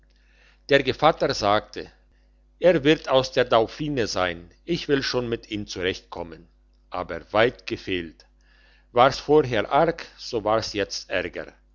der gevatter sagte er wird aus der dauphine sein ich will schon mit ihm zurechtkommen aber weit gefehlt war's vorher arg so war's jetzt